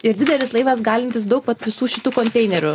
ir didelis laivas galintis daug vat visų šitų konteinerių